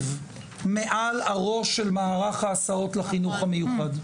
מעל הראש של מערך ההסעות לחינוך המיוחד.